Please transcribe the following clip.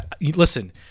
Listen